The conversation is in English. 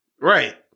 Right